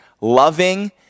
loving